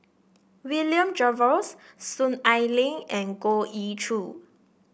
William Jervois Soon Ai Ling and Goh Ee Choo